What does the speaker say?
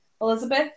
Elizabeth